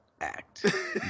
act